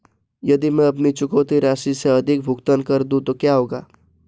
यदि मैं अपनी चुकौती राशि से अधिक भुगतान कर दूं तो क्या होगा?